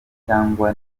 cyangwa